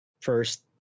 first